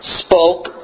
spoke